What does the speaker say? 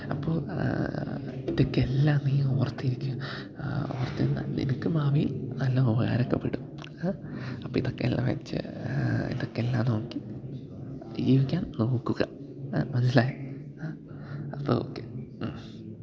അപ്പോൾ ഇതൊക്കെ എല്ലാം നീ ഓര്ത്തിരിക്കണം ഓര്ത്തിരുന്നാൽ നിനക്ക് ഭാവിയിൽ നല്ല ഉപകാരപ്പെടും അപ്പം ഇതൊക്കെ എല്ലാം വച്ചു ഇതൊക്കെ എല്ലാം നോക്കി ജീവിക്കാന് നോക്കുക മനസ്സിലായോ അപ്പം ഓക്കെ